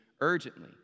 urgently